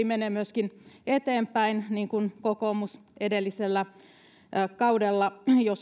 menee myöskin eteenpäin niin kuin kokoomus edellisellä kaudella jo